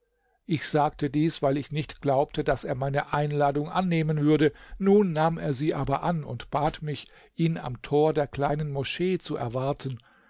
ich sagte dies weil ich nicht glaubte daß er meine einladung annehmen würde nun nahm er sie aber an und bat mich ihn am tor der kleinen moschee zu erwarten